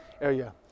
area